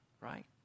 right